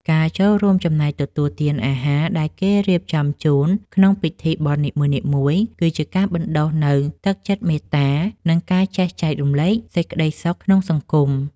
ការចូលរួមចំណែកទទួលទានអាហារដែលគេរៀបចំជូនក្នុងពិធីបុណ្យនីមួយៗ គឺជាការបណ្តុះនូវទឹកចិត្តមេត្តា និងការចេះចែករំលែកសេចក្តីសុខក្នុងសង្គម។